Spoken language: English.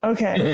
Okay